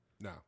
No